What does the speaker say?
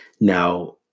Now